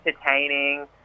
entertaining